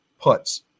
puts